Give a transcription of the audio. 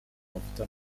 amavuta